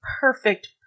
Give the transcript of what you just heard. perfect